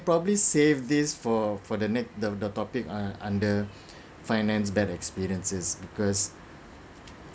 probably save this for for the neck the the topic uh under finance bad experiences because